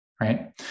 right